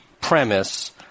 premise